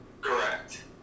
Correct